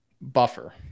buffer